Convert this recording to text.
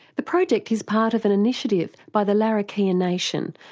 the project is part of an initiative by the larrakia nation,